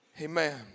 Amen